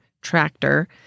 tractor